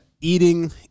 Eating